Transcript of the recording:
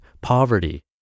poverty